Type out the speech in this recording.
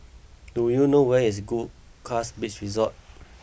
do you know where is Goldkist Beach Resort